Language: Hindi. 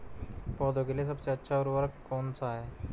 पौधों के लिए सबसे अच्छा उर्वरक कौन सा है?